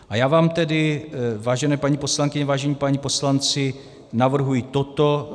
A já vám tedy, vážené paní poslankyně, vážení páni poslanci, navrhuji toto.